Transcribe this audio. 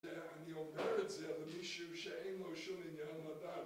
אני עובר את זה על מישהו שאין לו שום עניין לדעת.